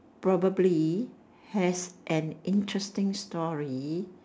probably has an interesting story